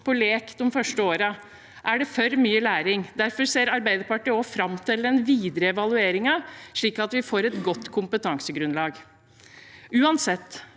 på lek de første årene? Er det for mye læring? Derfor ser Arbeiderpartiet også fram til den videre evalueringen, slik at vi får et godt kompetansegrunnlag. Uansett